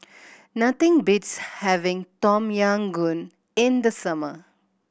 nothing beats having Tom Yam Goong in the summer